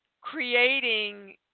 creating